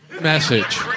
message